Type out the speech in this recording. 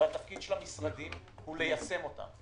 התפקיד של המשרדים הוא ליישם אותם.